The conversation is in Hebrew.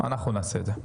אנחנו נעשה את זה.